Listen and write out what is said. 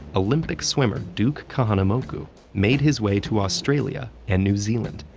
olympic swimmer duke kahanamoku made his way to australia and new zealand,